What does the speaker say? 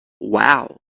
wow